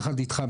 יחד איתך,